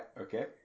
okay